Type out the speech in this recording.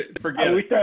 forget